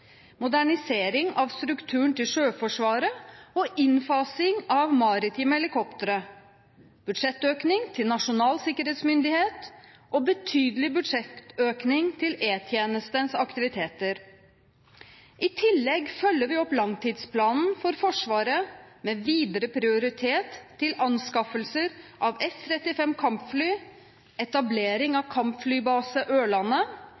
modernisering av strukturen til Sjøforsvaret og innfasing av maritime helikoptre. Det blir en budsjettøkning til Nasjonal sikkerhetsmyndighet og en betydelig budsjettøkning til E-tjenestens aktiviteter. I tillegg følger vi opp langtidsplanen for Forsvaret, med videre prioritet til anskaffelse av F-35 kampfly, etablering av kampflybase på Ørlandet